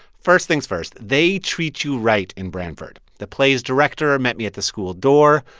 first things first, they treat you right in branford. the play's director met me at the school door.